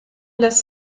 lässt